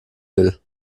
will